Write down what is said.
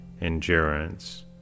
endurance